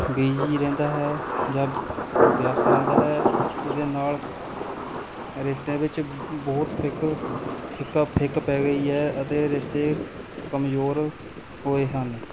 ਬੀਜੀ ਰਹਿੰਦਾ ਹੈ ਜਾਂ ਵਿਅਸਤ ਰਹਿੰਦਾ ਹੈ ਇਹਦੇ ਨਾਲ ਰਿਸ਼ਤੇ ਵਿੱਚ ਬਹੁਤ ਫਿੱਕ ਫਿੱਕਾ ਫਿੱਕ ਪੈ ਗਈ ਹੈ ਅਤੇ ਰਿਸ਼ਤੇ ਕਮਜ਼ੋਰ ਹੋਏ ਹਨ